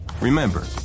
Remember